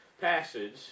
passage